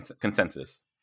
consensus